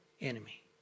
enemy